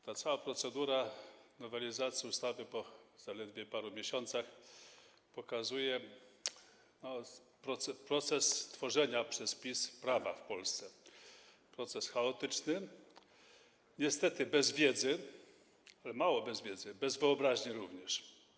Ta cała procedura nowelizacji ustawy po zaledwie paru miesiącach pokazuje proces tworzenia przez PiS prawa w Polsce, proces chaotyczny, niestety bez wiedzy, mało, że bez wiedzy, bez wyobraźni również.